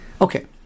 Okay